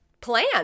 plan